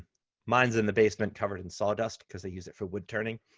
mine is in the basement covered in saw dust because i use it for wood turning,